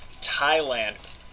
Thailand